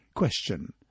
Question